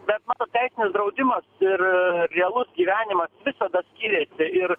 bet tas teisinis draudimas ir realus gyvenimas visada skyrėsi ir